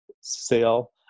sale